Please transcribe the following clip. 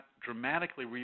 dramatically